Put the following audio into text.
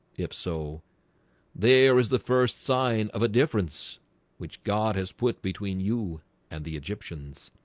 if so there is the first sign of a difference which god has put between you and the egyptians